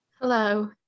Hello